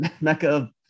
Mecca